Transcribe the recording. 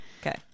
okay